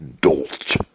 Dolt